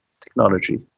technology